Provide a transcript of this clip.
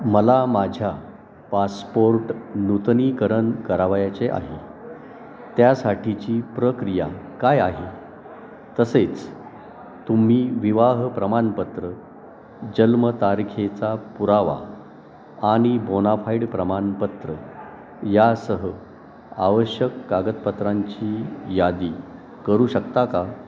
मला माझ्या पासपोर्ट नूतनीकरण करावायाचे आहे त्यासाठीची प्रक्रिया काय आहे तसेच तुम्ही विवाह प्रमाणपत्र जन्मतारखेचा पुरावा आणि बोनाफाईड प्रमाणपत्र यासह आवश्यक कागदपत्रांची यादी करू शकता का